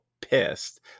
pissed